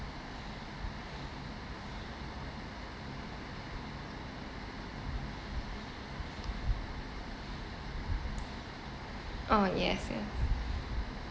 oh yes yes